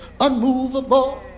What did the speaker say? unmovable